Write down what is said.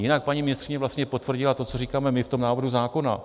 Jinak paní ministryně vlastně potvrdila to, co říkáme my v tom návrhu zákona.